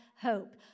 hope